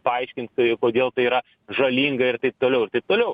paaiškint kodėl tai yra žalinga ir taip toliau ir taip toliau